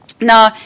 Now